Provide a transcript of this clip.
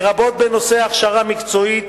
לרבות בנושא הכשרה מקצועית,